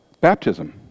Baptism